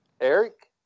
Eric